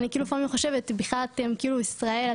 אני כאילו לפעמים חושבת בכלל אתם כאילו ישראל,